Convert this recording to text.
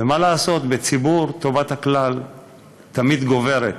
ומה לעשות, בציבור טובת הכלל תמיד גוברת.